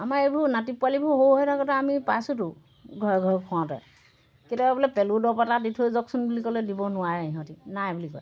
আমাৰ এইবোৰ নাতি পোৱালিবোৰ সৰু হৈ থাকোঁতে আমি পাইছোঁতো ঘৰে ঘৰে খোৱাওঁতে কেতিয়াবা বোলে পেলুৰ দৰৱ এটা দি থৈ যাওকচোন বুলি ক'লে দিব নোৱাৰে সিহঁতি নাই বুলি কয়